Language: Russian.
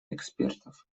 экспертов